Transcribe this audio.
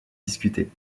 discutée